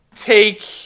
take